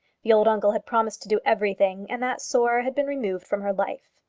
the old uncle had promised to do everything, and that sore had been removed from her life.